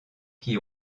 qui